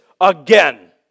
again